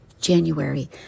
January